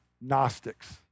Gnostics